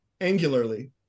angularly